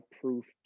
proofed